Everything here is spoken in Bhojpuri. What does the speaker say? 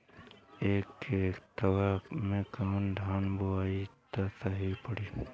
ए खेतवा मे कवन धान बोइब त सही पड़ी?